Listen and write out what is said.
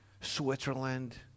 Switzerland